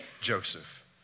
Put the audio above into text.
Joseph